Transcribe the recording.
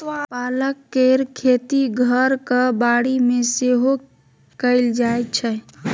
पालक केर खेती घरक बाड़ी मे सेहो कएल जाइ छै